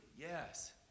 Yes